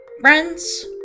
Friends